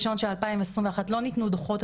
2021 לא ניתנו דוחות,